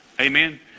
Amen